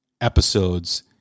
episodes